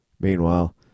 Meanwhile